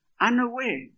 unaware